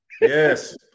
Yes